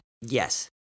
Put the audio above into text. Yes